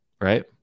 right